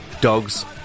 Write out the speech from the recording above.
dogs